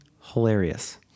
Hilarious